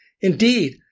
Indeed